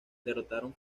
derrotaron